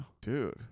dude